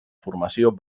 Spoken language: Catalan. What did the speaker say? formació